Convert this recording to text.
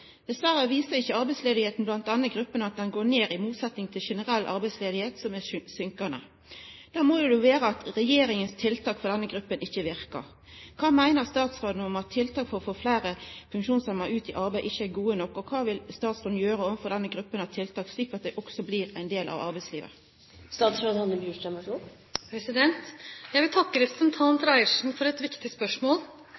Dessverre viser ikke arbeidsledigheten blant denne gruppen at den går ned, i motsetning til en generell arbeidsledighet som er synkende. Da må det jo være at regjeringens tiltak for denne gruppen ikke virker. Hva mener statsråden om at tiltak for å få flere funksjonshemmede ut i arbeid ikke er gode nok, og hva vil statsråden gjøre overfor denne gruppen av tiltak slik at de også blir en del av arbeidslivet?» Jeg vil takke